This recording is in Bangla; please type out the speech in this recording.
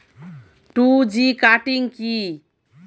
টু জি কাটিং কি?